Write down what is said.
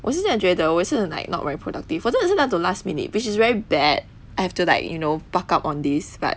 我也是这样觉得我也是很 like not very productive 我真的是那种 last minute which is very bad I have to like you know buck up on this but